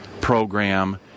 program